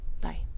Bye